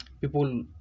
People